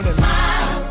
smile